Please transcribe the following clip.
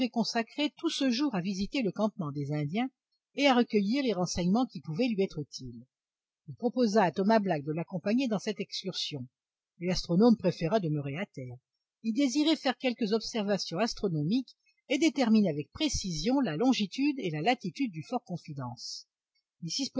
consacrer tout ce jour à visiter le campement des indiens et à recueillir les renseignements qui pouvaient lui être utiles il proposa à thomas black de l'accompagner dans cette excursion mais l'astronome préféra demeurer à terre il désirait faire quelques observations astronomiques et déterminer avec précision la longitude et la latitude